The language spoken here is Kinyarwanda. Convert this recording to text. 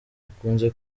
akunze